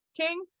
King